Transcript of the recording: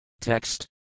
Text